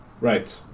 Right